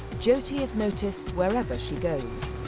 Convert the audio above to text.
jyoti is noticed where ever she goes.